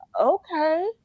okay